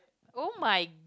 oh my